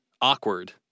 Awkward